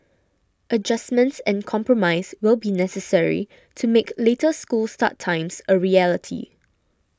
adjustments and compromise will be necessary to make later school start times a reality